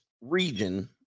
region